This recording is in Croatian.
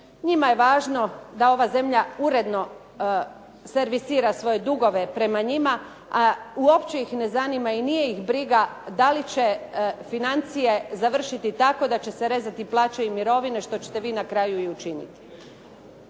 Njima je važno da ova zemlja uredno servisira svoje dugove prema njima a uopće ih ne zanima i nije ih briga da li će financije završiti tako da će se rezati plaće i mirovine što ćete vi na kraju i učiniti.